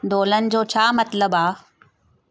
दोलनि जो छा मतलबु आहे